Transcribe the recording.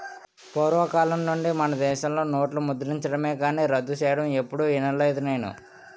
పూర్వకాలం నుండి మనదేశంలో నోట్లు ముద్రించడమే కానీ రద్దు సెయ్యడం ఎప్పుడూ ఇనలేదు నేను